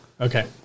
Okay